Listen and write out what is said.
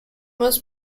was